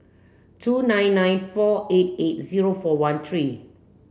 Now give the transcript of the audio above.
two nine nine four eight eight zero four one three